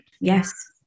Yes